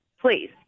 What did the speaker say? please